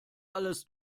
alles